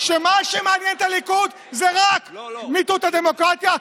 מה שמעניין את הליכוד זה רק מיטוט הדמוקרטיה,